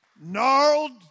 gnarled